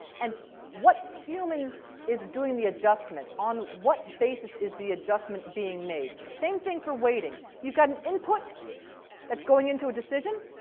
and what human is doing the adjustment? on what basis is the adjustment being made? same things for weighting. you've got an input that's going into a decision,